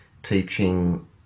Teaching